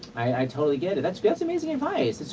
i totally get it that's yeah that's amazing advice.